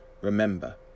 Remember